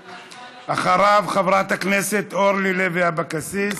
אחריו, חברת הכנסת אורלי לוי אבקסיס.